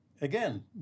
again